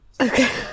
Okay